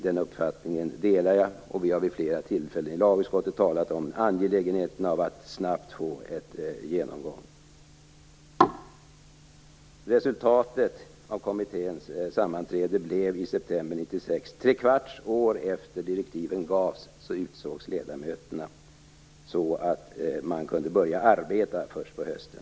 Den uppfattningen delar jag. Vi har i lagutskottet vid flera tillfällen talat om det angelägna i att snabbt få en genomgång. Kommittén hade sitt första sammanträde i september. Tre kvarts år efter det att direktiven gavs utsågs alltså ledamöterna. Man kunde således börja arbeta först på hösten.